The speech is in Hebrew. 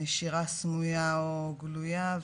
נשירה סמויה או גלויה,